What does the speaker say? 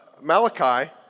Malachi